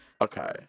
okay